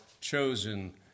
chosen